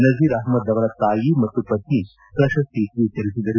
ನಜೀರ್ ಅಹ್ಮದ್ ಅವರ ತಾಯಿ ಮತ್ತು ಪತ್ನಿ ಪ್ರಶಸ್ತಿ ಸ್ವೀಕರಿಸಿದರು